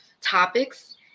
topics